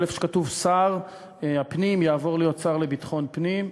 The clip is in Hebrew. כל מקום שכתוב "שר הפנים" יעבור להיות "שר לביטחון פנים".